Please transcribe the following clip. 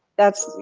that's,